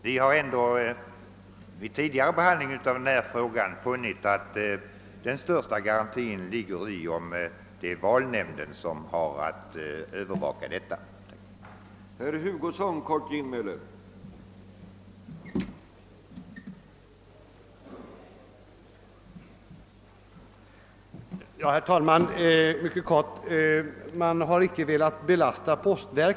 Vi har ändå vid tidigare behandling av denna fråga funnit att de bästa garantierna ges om det är valnämnden som övervakar valförrättningen.